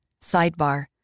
Sidebar